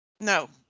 No